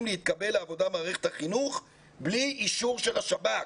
להתקבל לעבודה במערכת החינוך בלי אישור של השב"כ.